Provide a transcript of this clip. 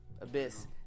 abyss